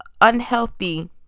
unhealthy